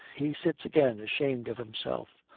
he sits again, ashamed of himself.